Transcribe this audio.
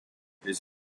his